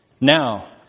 Now